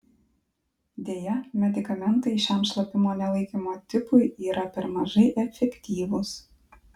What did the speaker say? deja medikamentai šiam šlapimo nelaikymo tipui yra per mažai efektyvūs